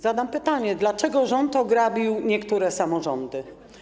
Zadam pytanie: Dlaczego rząd ograbił niektóre samorządy?